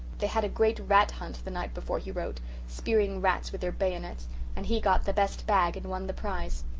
they had a great rat-hunt the night before he wrote spearing rats with their bayonets and he got the best bag and won the prize.